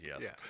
yes